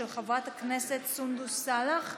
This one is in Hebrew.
של חברת הכנסת סונדוס סאלח,